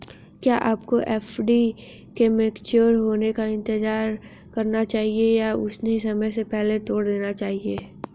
क्या आपको एफ.डी के मैच्योर होने का इंतज़ार करना चाहिए या उन्हें समय से पहले तोड़ देना चाहिए?